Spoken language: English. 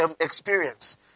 experience